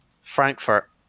Frankfurt